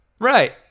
Right